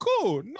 cool